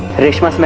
reshma